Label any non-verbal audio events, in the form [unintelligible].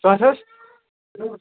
[unintelligible]